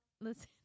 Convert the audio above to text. Listen